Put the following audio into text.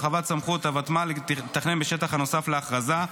הרחבת סמכות הוותמ"ל לתכנן בשטח הנוסף להכרזה,